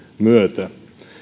myötä